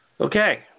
Okay